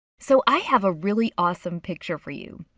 so i have a really awesome picture for you.